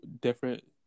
different